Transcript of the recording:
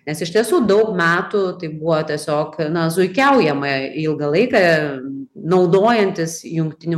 nes iš tiesų daug metų tai buvo tiesiog na zuikiaujama ilgą laiką naudojantis jungtinių